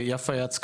יפה יצקן,